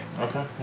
Okay